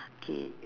okay